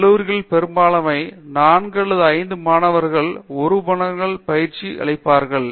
கல்லூரிகளில் பெரும்பாலானவை 4 அல்லது 5 மாணவர்களுக்கு 1 உபகரணத்தில் பயிற்சி அளிப்பார்கள்